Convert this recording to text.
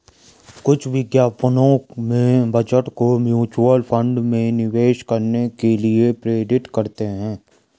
कुछ विज्ञापनों में बचत को म्यूचुअल फंड में निवेश करने के लिए प्रेरित करते हैं